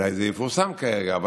אולי זה יפורסם כרגע.